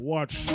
Watch